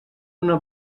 una